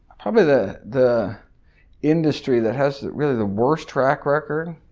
probably the the industry that has really the worst track record,